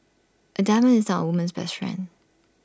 A diamond is now woman's best friend